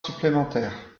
supplémentaire